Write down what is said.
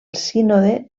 sínode